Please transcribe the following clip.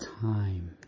time